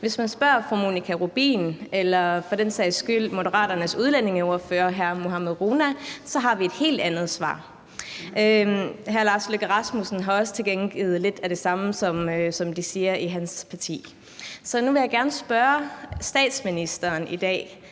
Hvis man spørger fru Monika Rubin eller for den sags skyld Moderaternes udlændingeordfører, hr. Mohammad Rona, får vi et helt andet svar. Hr. Lars Løkke Rasmussen har også tilkendegivet lidt af det samme, som de siger i hans parti. Så nu vil jeg gerne spørge statsministeren i dag: